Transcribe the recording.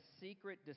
secret